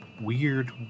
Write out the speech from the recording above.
Weird